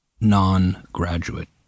non-graduate